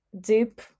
deep